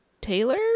taylor